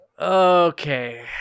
okay